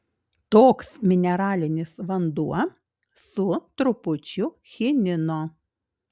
toks mineralinis vanduo su trupučiu chinino